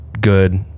good